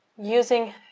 using